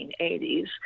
1980s